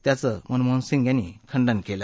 त्यांचं मनमोहन सिंग यांनी खंडन केलं